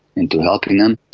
into helping them,